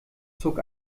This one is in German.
zog